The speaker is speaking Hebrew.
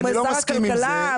שר הכלכלה?